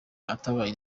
atabaye